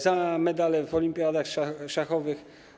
Za medale w olimpiadach szachowych.